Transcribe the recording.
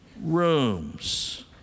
rooms